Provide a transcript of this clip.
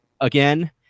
again